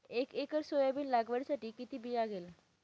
एक acre soybean लागवडीसाठी किती बी लागेल?